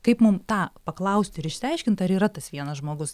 kaip mum tą paklausti ir išsiaiškint ar yra tas vienas žmogus